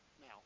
now